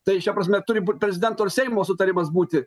tai šia prasme turi būt prezidento ir seimo sutarimas būti